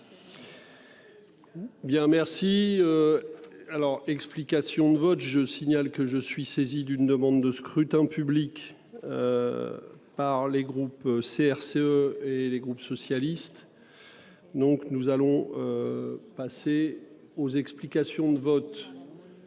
Bien merci. Alors explications de vote, je signale que je suis saisi d'une demande de scrutin public. Par les groupes CRCE et les groupes socialistes. Donc nous allons. Passer aux explications de vote.